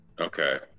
Okay